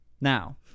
now